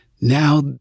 now